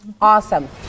Awesome